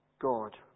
God